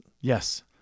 Yes